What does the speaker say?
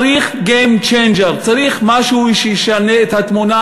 צריך game changer, צריך משהו שישנה את התמונה,